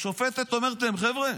השופטת אומרת להם: חבר'ה,